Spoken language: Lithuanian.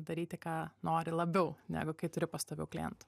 daryti ką nori labiau negu kai turi pastovių klientų